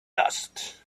dust